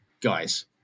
guys